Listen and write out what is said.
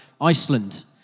Iceland